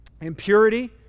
impurity